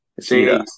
See